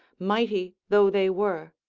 mighty though they were.